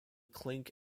clink